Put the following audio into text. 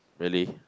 really